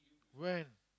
when